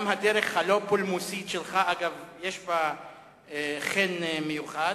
גם הדרך הלא-פולמוסית שלך, יש בה חן מיוחד.